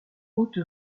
haute